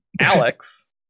Alex